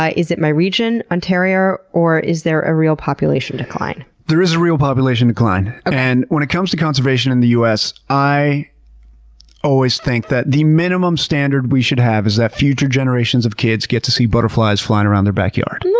is it my region, ontario, or is there a real population decline? there is a real population decline, and when it comes to conservation in the us, i always think that the minimum standard we should have is that future generations of kids get to see butterflies flying around their backyard.